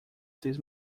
these